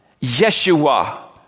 Yeshua